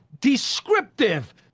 descriptive